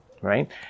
Right